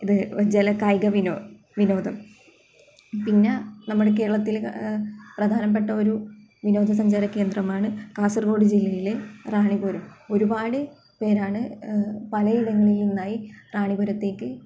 ഇത് ജല കായിക വിനോദം വിനോദം പിന്നെ നമ്മുടെ കേരളത്തിലെ പ്രധാനപ്പെട്ട ഒരു വിനോദസഞ്ചാര കേന്ദ്രമാണ് കാസർകോട് ജില്ലയിലെ റാണിപുരം ഒരുപാട് പേരാണ് പലയിടങ്ങളിൽ നിന്നായി റാണി പുരത്തേക്ക്